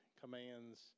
commands